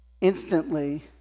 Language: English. instantly